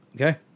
Okay